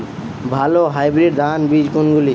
ভালো হাইব্রিড ধান বীজ কোনগুলি?